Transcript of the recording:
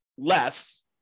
less